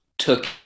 took